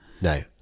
No